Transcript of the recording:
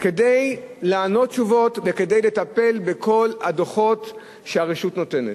כדי לענות וכדי לטפל בכל הדוחות שהרשות נותנת.